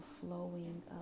flowing